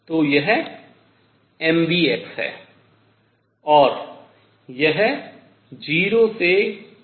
तो यह m vx है और यह 0 से T तक समाकलित है